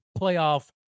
playoff